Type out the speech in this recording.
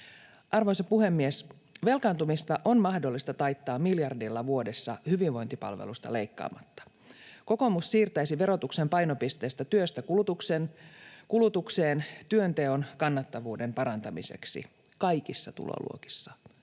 Arvoisa puhemies! Velkaantumista on mahdollista taittaa miljardilla vuodessa hyvinvointipalveluista leikkaamatta. Kokoomus siirtäisi verotuksen painopisteen työstä kulutukseen työnteon kannattavuuden parantamiseksi kaikissa tuloluokissa